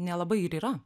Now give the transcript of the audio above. nelabai ir yra